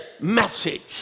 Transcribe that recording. message